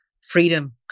Freedom